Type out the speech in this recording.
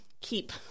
keep